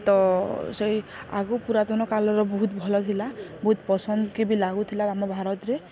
ତ ସେଇ ଆଗକୁ ପୁରାତନ କାଲର୍ ବହୁତ୍ ଭଲ ଥିଲା ବହୁତ୍ ପସନ୍ଦ୍କେ ବି ଲାଗୁଥିଲା ଆମ ଭାରତ୍ରେ